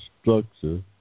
structure